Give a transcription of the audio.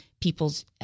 people's